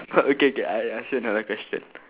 uh okay K I ask you another question